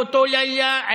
באותו לילה,